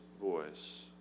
voice